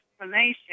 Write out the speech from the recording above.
explanation